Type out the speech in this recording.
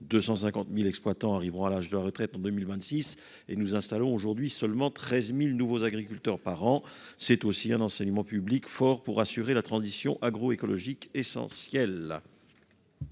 250000 exploitants arriveront à l'âge de la retraite en 2000 26 et nous installons aujourd'hui seulement 13000 nouveaux agriculteurs par an, c'est aussi un enseignement public fort pour assurer la transition agroécologique essentiel là.